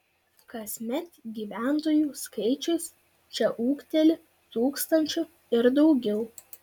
kasmet gyventojų skaičius čia ūgteli tūkstančiu ir daugiau